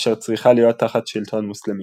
אשר צריכה להיות תחת שלטון מוסלמי.